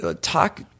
talk